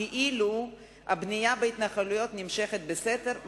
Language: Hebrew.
כאילו הבנייה בהתנחלויות נמשכת בסתר,